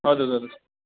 اَدٕ حظ اَدٕ حظ